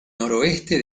noroeste